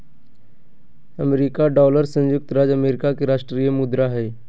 America dollar संयुक्त राज्य America के राष्ट्रीय मुद्रा हइ